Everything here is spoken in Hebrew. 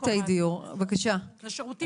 דיור -- המשרד